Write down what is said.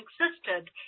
existed